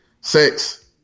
six